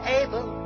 able